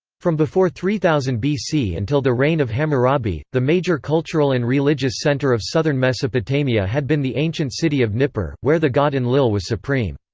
from before three thousand bc until the reign of hammurabi, the major cultural and religious center of southern mesopotamia had been the ancient city of nippur, where the god enlil was supreme.